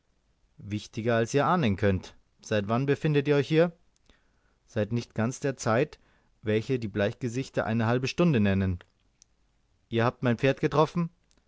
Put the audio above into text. wichtiger als ihr ahnen könnt seit wann befindet ihr euch hier seit nicht ganz der zeit welche die bleichgesichter eine halbe stunde nennen ihr habt mein pferd getroffen